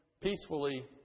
peacefully